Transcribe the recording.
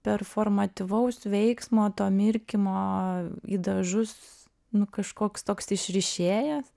performatyvaus veiksmo to mirkymo į dažus nu kažkoks toks išrišėjas